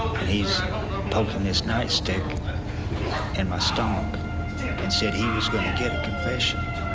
and he's poking this nightstick in my stomach and said he was gonna get a confession.